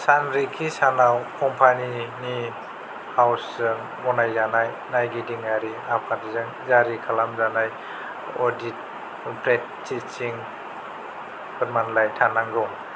सानरिखिसानाव कम्पानिनि हाउसजों गनायजानाय नायगिदिंआरि आफादजों जारि खालामजानाय अडिट प्रेक्टिसिं फोरमानलाइ थानांगौ